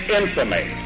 infamy